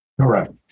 Correct